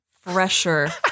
fresher